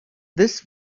this